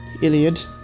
Iliad